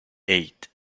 eight